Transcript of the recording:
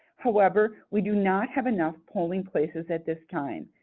however, we do not have enough polling places at this time.